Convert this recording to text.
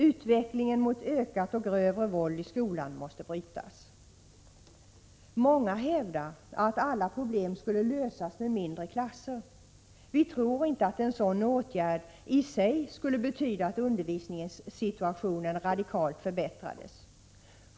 Utvecklingen mot ökat och grövre våld i skolan måste brytas. Många hävdar att alla problem skulle lösas med mindre klasser. Vi tror inte att en sådan åtgärd i sig skulle betyda att undervisningssituationen radikalt förbättrades.